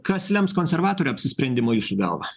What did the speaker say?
kas lems konservatorių apsisprendimą jus galva